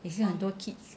也是很多 kids